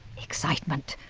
excitement!